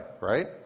right